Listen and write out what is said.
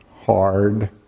hard